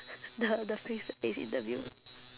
the the face to face interview